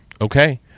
okay